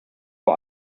vor